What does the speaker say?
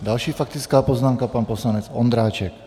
Další faktická poznámka pan poslanec Ondráček.